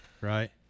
Right